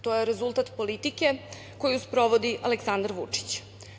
To je rezultat politike koju sprovodi Aleksandar Vučić.